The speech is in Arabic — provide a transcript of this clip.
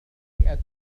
مئة